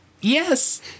Yes